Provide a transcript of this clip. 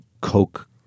Coke